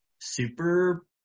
super